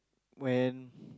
when